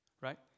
Right